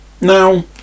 now